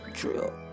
drill